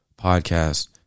Podcast